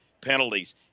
penalties